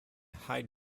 hyde